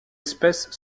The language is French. espèce